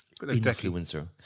Influencer